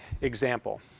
example